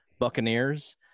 Buccaneers